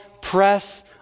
press